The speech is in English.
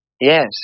Yes